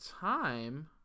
time